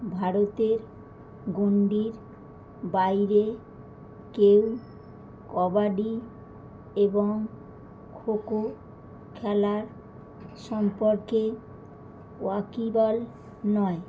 ভারতের গন্ডির বাইরে কেউ কবাডি এবং খোখো খেলার সম্পর্কে ওয়াকিবল নয়